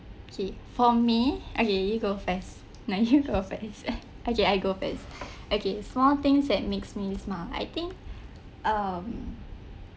okay for me okay you go first no you go first ah okay I go first okay small things that makes me smile I think um